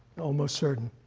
almost certain.